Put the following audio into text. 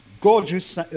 gorgeous